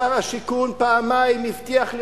שר השיכון פעמיים הבטיח לי,